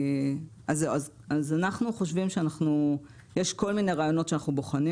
יש כל מיני רעיונות שאנחנו בוחנים